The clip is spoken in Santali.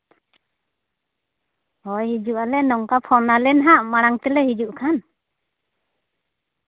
ᱦᱳᱭ ᱦᱤᱡᱩᱜ ᱟᱞᱮ ᱱᱚᱝᱠᱟ ᱯᱷᱳᱱᱟᱞᱮ ᱱᱟᱜ ᱢᱟᱲᱟᱝ ᱛᱮᱞᱮ ᱦᱤᱡᱩᱜ ᱠᱷᱟᱱ